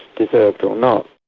deserved or not.